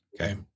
Okay